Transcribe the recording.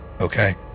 Okay